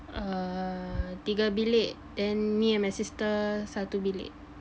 err tiga bilik then me and my sister satu bilik